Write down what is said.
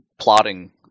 plotting